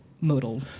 modal